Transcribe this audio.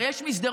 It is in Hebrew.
הרי יש מסדרון,